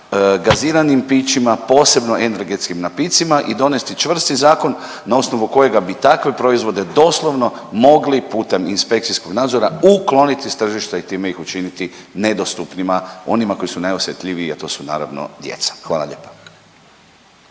gaziranim pićima, posebno energetskim napitcima i donesti čvrsti zakon na osnovu kojega bi takve proizvode doslovno mogli putem inspekcijskog nadzora ukloniti s tržišta i time ih učiniti nedostupnima onima koji su najosjetljiviji, a to su naravno djeca. Hvala lijepa.